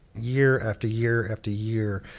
year after year after year,